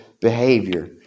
behavior